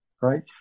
right